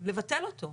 לבטל אותו.